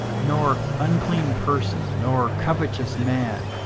nor unclean person, nor covetous man,